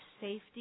safety